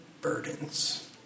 burdens